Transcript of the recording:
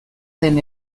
den